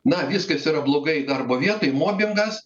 na viskas yra blogai darbo vietoj mobingas